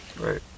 Right